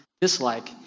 dislike